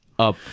up